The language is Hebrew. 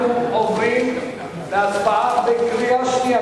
אנחנו עוברים להצבעה בקריאה שנייה.